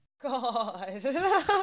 god